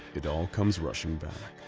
it all comes rushing back.